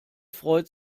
freut